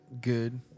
good